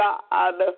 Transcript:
God